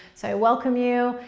so i welcome you,